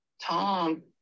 tom